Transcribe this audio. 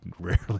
rarely